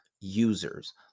users